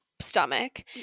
stomach